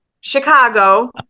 Chicago